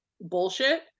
bullshit